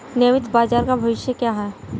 नियमित बाजार का भविष्य क्या है?